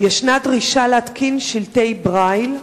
ישנה דרישה להתקין שלטי ברייל.